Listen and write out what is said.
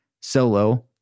solo